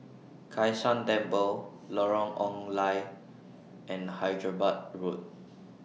Kai San Temple Lorong Ong Lye and Hyderabad Road